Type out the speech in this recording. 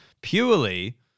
purely